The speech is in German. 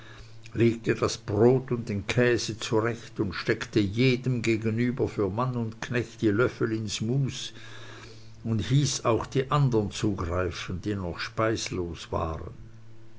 legte das brot und den käse zurecht und steckte jedem gegenüber für mann und knecht die löffel ins mus und hieß auch die andern zugreifen die noch speislos waren